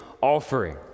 offering